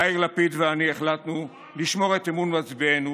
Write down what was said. יאיר לפיד ואני החלטנו לשמור את אמון מצביעינו